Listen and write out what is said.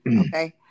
Okay